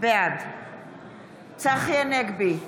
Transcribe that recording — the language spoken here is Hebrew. בעד צחי הנגבי,